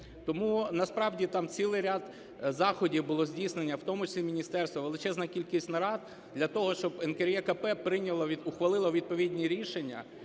Тому насправді там цілий ряд заходів було здійснено, в тому числі і міністерством, величезна кількість нарад для того, щоб НКРЕКП прийняла, ухвалила відповідні рішення,